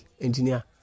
engineer